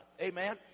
amen